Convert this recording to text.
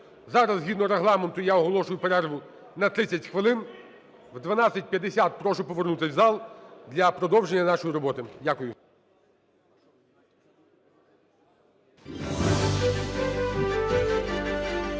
Зараз згідно Регламенту я оголошую перерву на 30 хвилин. В 12:50 прошу повернутися в зал для продовження нашої роботи. Дякую.